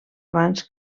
abans